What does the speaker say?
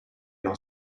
non